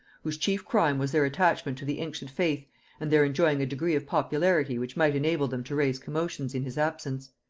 whose chief crime was their attachment to the ancient faith and their enjoying a degree of popularity which might enable them to raise commotions in his absence.